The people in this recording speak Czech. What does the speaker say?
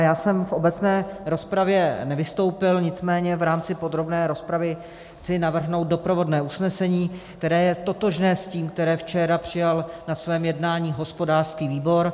Já jsem v obecné rozpravě nevystoupil, nicméně v rámci podrobné rozpravy chci navrhnout doprovodné usnesení, které je totožné s tím, které včera přijal na svém jednání hospodářský výbor.